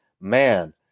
Man